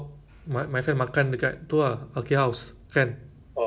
pelik ke so that means there's you cannot communicate like weird ah kan